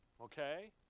Okay